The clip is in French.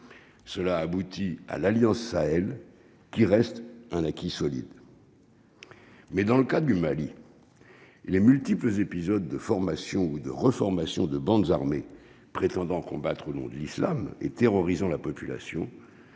Cela a abouti à l'Alliance Sahel qui reste un acquis solides mais dans le cas du Mali les multiples épisodes de formation ou de reformation de bandes armées prétendant combattre au nom de l'Islam et terrorisant la population